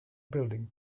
building